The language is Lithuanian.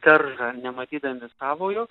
daržą nematydami savojo